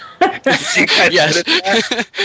Yes